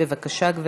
בבקשה, גברתי.